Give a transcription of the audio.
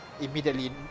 immediately